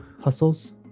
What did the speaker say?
hustles